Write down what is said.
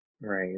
Right